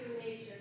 nature